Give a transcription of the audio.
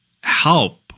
help